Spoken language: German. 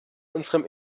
unserem